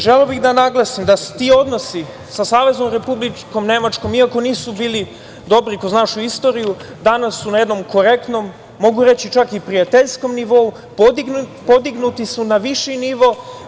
Želeo bih da naglasim da ti odnosi, sa Saveznom Republikom Nemačkom iako nisu bili dobri kroz našu istoriju danas su na jednom korektnom, mogu reći čak i prijateljskom nivou, podignuti su na viši nivo.